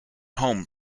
home